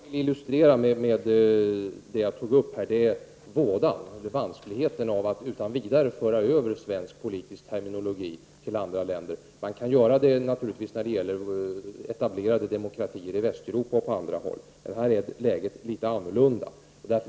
Herr talman! Vad jag ville illustrera med det som jag tog upp är vådan eller vanskligheten av att utan vidare föra över svensk politisk terminologi på andra länder. Det kan man naturligtvis göra när det gäller etablerade demokratier i Västeuropa och på andra håll. Här är läget något annorlunda.